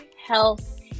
health